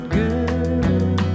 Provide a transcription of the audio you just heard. good